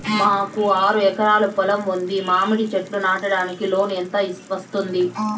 మాకు ఆరు ఎకరాలు పొలం ఉంది, మామిడి చెట్లు నాటడానికి లోను ఎంత వస్తుంది?